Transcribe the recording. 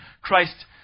Christ